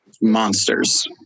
monsters